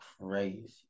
crazy